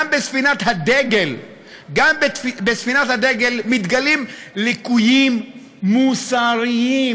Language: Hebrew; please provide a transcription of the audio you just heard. גם בספינת הדגל מתגלים ליקויים מוסריים,